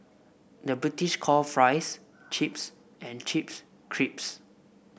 the British call fries chips and chips crisps